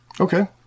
Okay